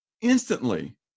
instantly